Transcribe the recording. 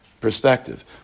perspective